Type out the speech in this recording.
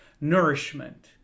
nourishment